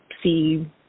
see